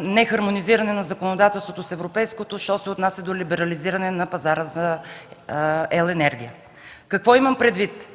нехармонизиране на законодателството с европейското, що се отнася до либерализиране на пазара за ел. енергия. Какво имам предвид?